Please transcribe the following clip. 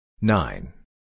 Nine